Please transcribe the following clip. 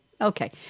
Okay